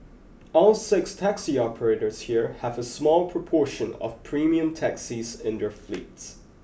all six taxi operators here have a small proportion of premium taxis in their fleets